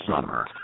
summer